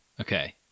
okay